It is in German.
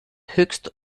höchst